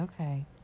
Okay